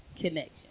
connection